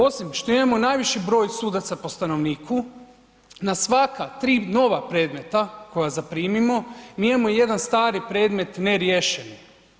Osim što imamo najveći broj sudaca po stanovniku, na svaka 3 nova predmeta koja zaprimimo, mi imamo jedan stari predmet neriješeni.